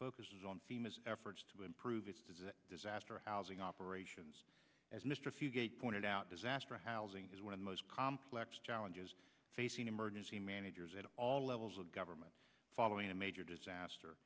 focuses on efforts to improve is a disaster housing operations as mr few gate pointed out disaster housing is one of the most complex challenges facing emergency managers at all levels of government following a major disaster